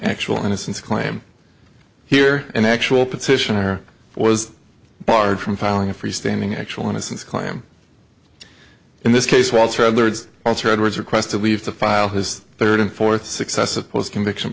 actual innocence claim here an actual petitioner was barred from filing a freestanding actual innocence claim in this case while travelers alter edwards requested leave to file his third and fourth successive post conviction